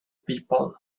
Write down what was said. people